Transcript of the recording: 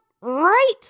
right